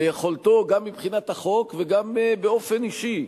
ויכולתו, גם מבחינת החוק וגם באופן אישי,